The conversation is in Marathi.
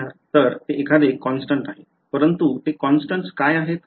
तर तर ते एखादे कॉन्स्टन्ट आहे परंतु ते काँस्टंट्स काय आहेत